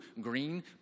green